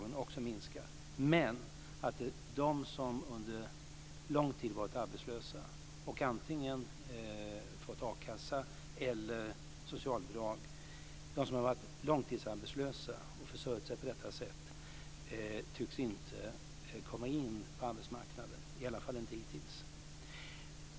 Men de som varit arbetslösa under lång tid och antingen fått a-kassa eller socialbidrag tycks inte komma in på arbetsmarknaden, i alla fall inte hittills.